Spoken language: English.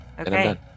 Okay